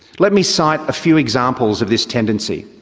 let me cite a few examples of this tendency.